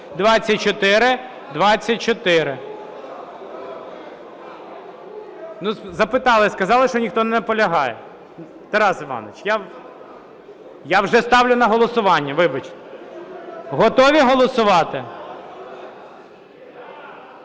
2424). Ну, запитали – сказали, що ніхто не наполягає. Тарас Іванович, я вже ставлю на голосування, вибачте. Готові голосувати?